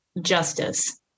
justice